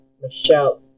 Michelle